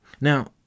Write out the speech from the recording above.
Now